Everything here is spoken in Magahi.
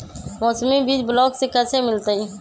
मौसमी बीज ब्लॉक से कैसे मिलताई?